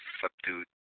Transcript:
subdued